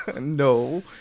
no